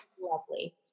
Lovely